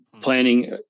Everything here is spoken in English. Planning